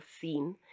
seen